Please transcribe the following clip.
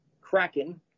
Kraken